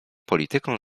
polityką